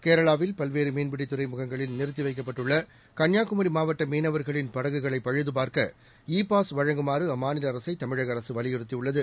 கேரளாவில் பல்வேறு மீன்பிடித் துறைமுகங்களில் நிறுத்தி வைக்கப்பட்டுள்ள கன்னியாகுமரி மாவட்ட மீனவர்களின் படகுகளை பழுதுபார்க்க இ பாஸ் வழங்குமாறு அம்மாநில அரசை தமிழக அரசு வலியுறுத்தியுள்ளது